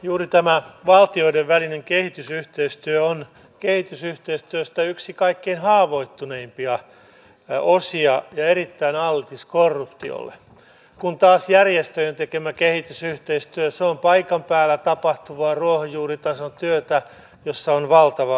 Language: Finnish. juuri tämä valtioiden välinen kehitysyhteistyö on kehitysyhteistyöstä yksi kaikkein haavoittuvimpia osia ja erittäin altis korruptiolle kun taas järjestöjen tekemä kehitysyhteistyö on paikan päällä tapahtuvaa ruohonjuuritason työtä jossa on valtava osaaminen